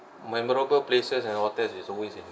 memorable places and hotels is always in